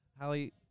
Hallie